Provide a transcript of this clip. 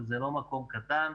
וזה לא מקום קטן.